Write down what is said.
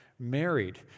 Married